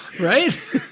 right